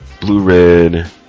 blue-red